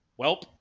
welp